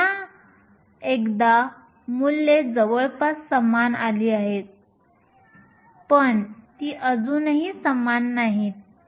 पुन्हा एकदा मूल्ये जवळपास समान आली आहेत पण ती अजूनही समान नाहीत